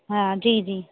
हा जी जी